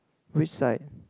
which side